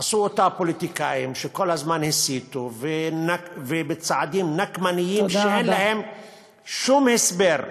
עשו אותה פוליטיקאים שכל הזמן הסיתו ובצעדים נקמניים שאין להם שום הסבר,